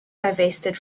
divested